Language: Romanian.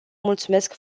mulțumesc